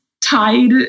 Tide